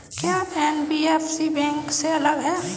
क्या NBFC bank से अलग है?